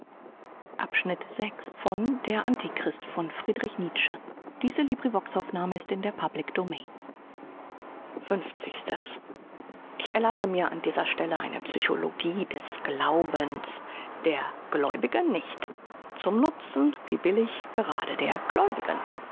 dietz ich erlasse mir an dieser stelle eine psychologie des glaubens der gläubigen nicht zum nutzen wie billig gerade der gläubigen